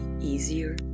easier